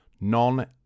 non